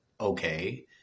okay